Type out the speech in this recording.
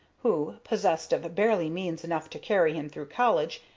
who, possessed of barely means enough to carry him through college,